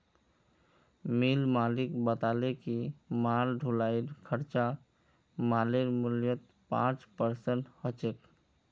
मिल मालिक बताले कि माल ढुलाईर खर्चा मालेर मूल्यत पाँच परसेंट ह छेक